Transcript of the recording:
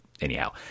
anyhow